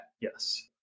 Yes